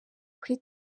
kuri